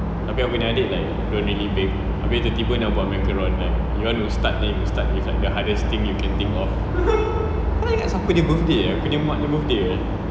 tapi aku punya adik like don't really bake abeh tiba-tiba you want to start then you start with the hardest thing you can think of aku ingat siapa punya birthday eh aku punya maknya birthday eh